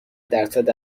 درصد